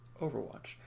Overwatch